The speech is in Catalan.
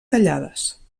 tallades